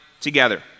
together